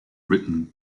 written